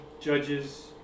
Judges